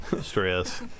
Stress